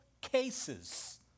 cases